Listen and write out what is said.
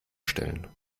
stellen